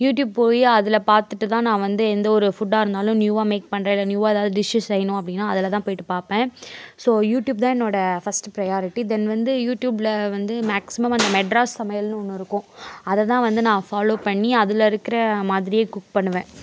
YouTube போய் அதில் பார்த்துட்டு தான் நான் வந்து எந்த ஒரு ஃபுட்டாக இருந்தாலும் நியூவாக மேக் பண்றேன் இல்லை நியூவாக எதாவது டிஷ் செய்யணும் அப்படின்னா அதில் தான் போயிட்டு பார்ப்பேன் ஸோ யூடியூப் தான் என்னோடய ஃபஸ்ட்டு ப்ரியாரிட்டி தென் வந்து யூடியூபில் வந்து மேக்ஸிமம் அந்த மெட்ராஸ் சமையல்னு ஒன்று இருக்கும் அதை தான் வந்து நான் ஃபாலோ பண்ணி அதில் இருக்கிற மாதிரியே குக் பண்ணுவேன்